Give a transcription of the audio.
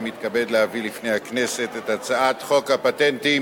אני מתכבד להביא לפני הכנסת את הצעת חוק הפטנטים,